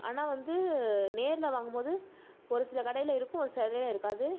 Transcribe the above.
ஆனால் வந்து நேரில் வாங்கும் போது ஒரு சில கடையில் இருக்கும் ஒரு சிலதில் இருக்காது